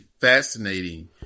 fascinating